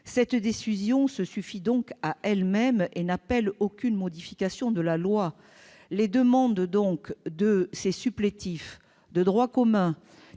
Cette décision se suffit donc à elle-même et n'appelle aucune modification de la loi. Les demandes de ces supplétifs de droit commun